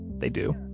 they do